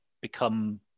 become